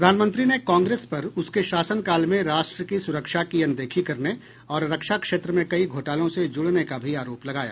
प्रधानमंत्री ने कांग्रेस पर उसके शासनकाल में राष्ट्र की सुरक्षा की अनदेखी करने और रक्षा क्षेत्र में कई घोटालों से जुड़ने का भी आरोप लगाया